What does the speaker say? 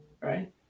right